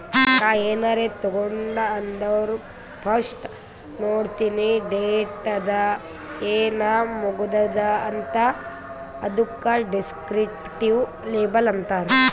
ನಾ ಏನಾರೇ ತಗೊಂಡ್ ಅಂದುರ್ ಫಸ್ಟ್ ನೋಡ್ತೀನಿ ಡೇಟ್ ಅದ ಏನ್ ಮುಗದೂದ ಅಂತ್, ಅದುಕ ದಿಸ್ಕ್ರಿಪ್ಟಿವ್ ಲೇಬಲ್ ಅಂತಾರ್